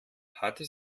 hatte